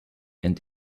and